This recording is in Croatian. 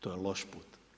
To je loš put.